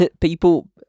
people